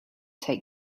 take